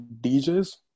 DJs